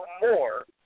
more